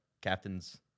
captain's